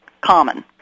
common